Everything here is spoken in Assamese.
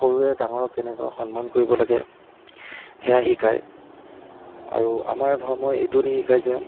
সৰুৱে ডাঙৰক কেনেকৈ সন্মান কৰিব লাগে সেইয়া শিকাই আৰু আমাৰ ধৰ্মই এইটো নিশিকাই যে